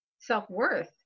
Self-worth